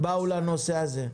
באו לנושא הזה?